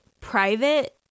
private